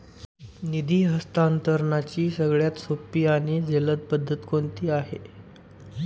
निधी हस्तांतरणाची सगळ्यात सोपी आणि जलद पद्धत कोणती आहे?